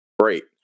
Great